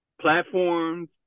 platforms